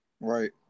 Right